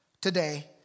today